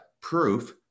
proof